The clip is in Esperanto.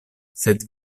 sed